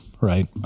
right